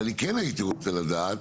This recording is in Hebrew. אבל אני כן הייתי רוצה לדעת